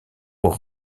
aux